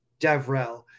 Devrel